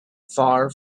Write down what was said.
far